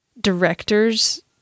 directors